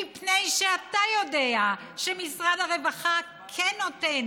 מפני שאתה יודע שמשרד הרווחה כן נותן